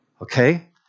Okay